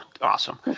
awesome